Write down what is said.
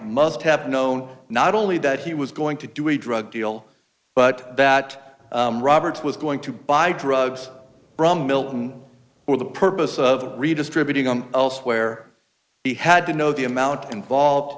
must have known not only that he was going to do a drug deal but that roberts was going to buy drugs from milton for the purpose of redistributing on elsewhere he had to know the amount involved